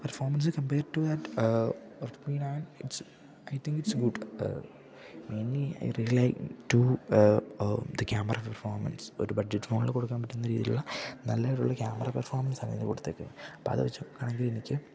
performance compare to that Redmi nine it's I think it's good mainly rely to the camera performance ഒരു budget ഫോണില് കൊടുക്കാൻ പറ്റുന്ന രീതിയിലുള്ള നല്ലായിട്ടുള്ള ക്യാമറ പെർഫോമൻസാണ് ഇതിന് കൊടുത്തേക്ക അപ്പ അത് വെച്ച് നോക്കുവാണെങ്കിൽ എനിക്ക്